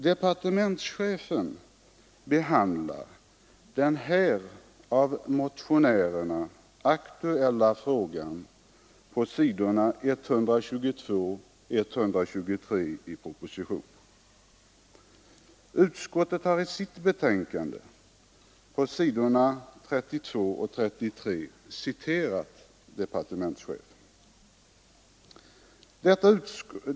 Departementschefen behandlar den av motionärerna aktualiserade frågan på s. 122 och 123 i propositionen. Utskottet har på s. 32 och 33 i sitt betänkande citerat departementschefen.